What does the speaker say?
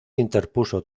interpuso